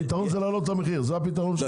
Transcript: הפתרון זה לעלות את המחיר, זה הפתרון שלך?